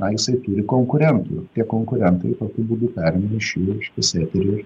na jisai turi konkurentų ir tie konkurentai tokiu būdu perima iš jų reiškias eterį ir